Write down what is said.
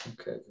Okay